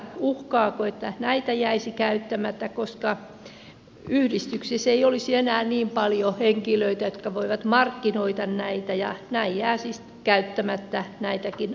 uhkaako että näitä jäisi käyttämättä koska yhdistyksissä ei olisi enää niin paljon henkilöitä jotka voivat markkinoida näitä ja näin jää siis käyttämättä näitäkin rahoja